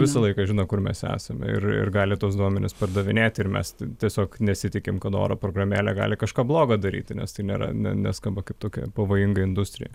visą laiką žino kur mes esam ir ir gali tuos duomenis pardavinėti ir mes tiesiog nesitikim kad oro programėlė gali kažką bloga daryti nes tai nėra ne neskamba tokia pavojinga industrija